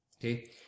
Okay